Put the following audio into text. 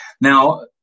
Now